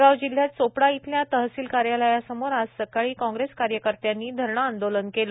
जळगाव जिल्ह्यात चोपडा इथल्या तहसील कार्यालयासमोर आज सकाळी काँग्रेस कार्यकर्त्यांनी धरणे आंदोलन केलं